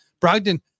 Brogdon